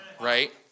Right